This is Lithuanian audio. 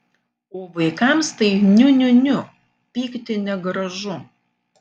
o vaikams tai niu niu niu pykti negražu